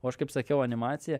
o aš kaip sakiau animacija